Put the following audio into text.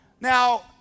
Now